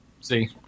See